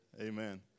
Amen